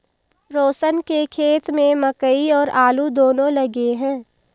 रोशन के खेत में मकई और आलू दोनो लगे हैं